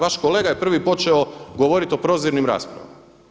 Vaš kolega je prvi počeo govoriti o prozirnim raspravama.